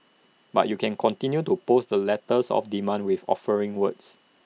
but you can continued to post the letters of demand with offering words